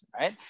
right